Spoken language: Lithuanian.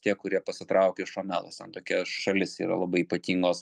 tie kurie pasitraukė iš omelos tokia šalis yra labai ypatingos